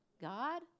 God